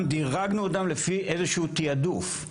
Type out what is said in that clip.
גם דירגנו אותם לפי איזשהו תעדוף,